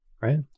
right